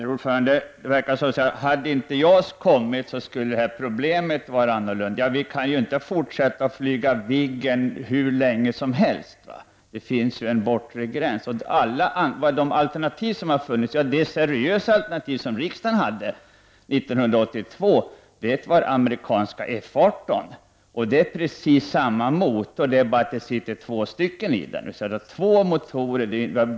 Herr talman! Det verkar som om problemet skulle ha varit annorlunda om inte JAS hade funnits. Men man kan ju inte fortsätta att använda Viggen hur länge som helst. Det finns en bortre gräns. Det seriösa alternativ som riksdagen hade att ta ställning till 1982 var amerikanska F 18. Det har precis samma motor, men i detta plan finns det två sådana motorer.